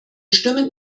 stimmen